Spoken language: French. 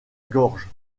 gorge